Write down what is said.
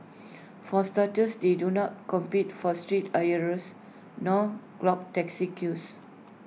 for starters they do not compete for street hires nor clog taxi queues